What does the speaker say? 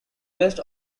best